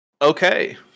okay